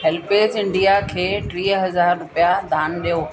HelpAge India खे टीह हज़ार रुपया दान ॾियो